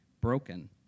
broken